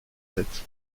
sept